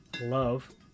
love